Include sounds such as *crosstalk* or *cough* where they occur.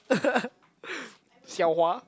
*laughs* Xiao-Hua